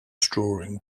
drawing